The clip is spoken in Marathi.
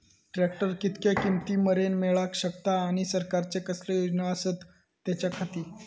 ट्रॅक्टर कितक्या किमती मरेन मेळाक शकता आनी सरकारचे कसले योजना आसत त्याच्याखाती?